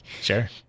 Sure